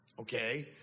okay